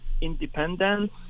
independence